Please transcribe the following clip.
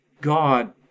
God